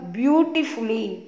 beautifully